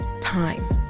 time